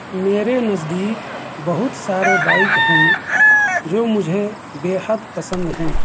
میرے نزدیک بہت سارے بائیک ہیں جو مجھے بے حد پسند ہیں